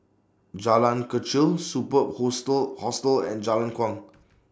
Jalan Kechil Superb Hostel Hostel and Jalan Kuang